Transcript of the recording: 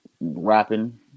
rapping